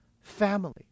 family